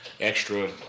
extra